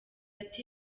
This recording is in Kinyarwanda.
ati